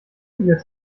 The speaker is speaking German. viele